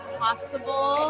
possible